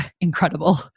incredible